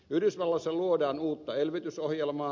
yhdysvalloissa luodaan uutta elvytysohjelmaa